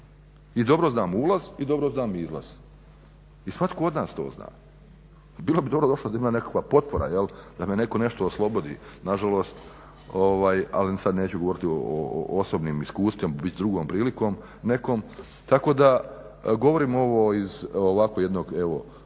I dobro znam ulaz i dobro znam izlaz i svatko od nas to zna, bilo bi dobro došlo da ima nekakva potpora, da nam netko nešto oslobodi, nažalost, ali sada neću govoriti o osobnim iskustvima, drugom prilikom nekom. Tako da govorim ovo iz ovako jednog evo,